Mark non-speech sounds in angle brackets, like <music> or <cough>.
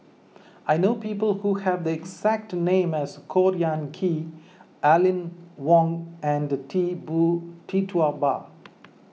I know people who have the exact name as Khor Ean Ghee Aline Wong and Tee <unintelligible> Tee Tua Ba